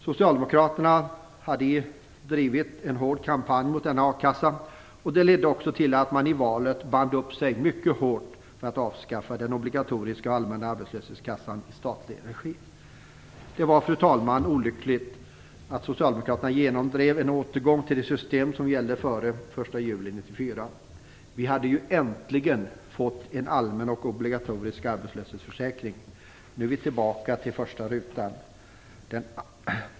Socialdemokraterna hade drivit en hård kampanj mot denna a-kassa, och det ledde också till att man i valet band upp sig mycket hårt för att avskaffa den obligatoriska och allmänna arbetslöshetskassan i statlig regi. Det var, fru talman, olyckligt att Socialdemokraterna genomdrev en återgång till det system som gällde före den 1 juli 1994. Vi hade ju äntligen fått en allmän och obligatorisk arbetslöshetsförsäkring. Nu är vi tillbaka till den första rutan.